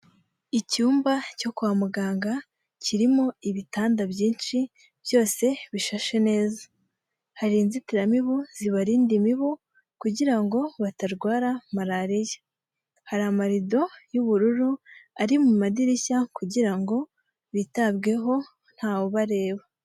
Icyumba cyo kwa muganga, kirimo ibitanda byinshi byose bishashe neza. Hari inzitiramibu zibarinda imibu kugira ngo batarwara malariya. Hari amarido y'ubururu ari mu madirishya kugira ngo bitabweho ntawe ubareba.